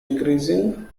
increasing